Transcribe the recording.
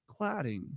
cladding